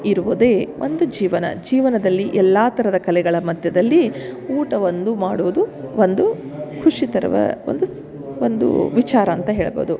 ಇರುವುದೇ ಒಂದು ಜೀವನ ಜೀವನದಲ್ಲಿ ಎಲ್ಲಾ ಥರದ ಕಲೆಗಳ ಮಧ್ಯದಲ್ಲಿ ಊಟ ಒಂದು ಮಾಡುವುದು ಒಂದು ಖುಷಿ ತರುವ ಒಂದು ಒಂದು ವಿಚಾರ ಅಂತ ಹೇಳ್ಬೋದು